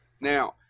Now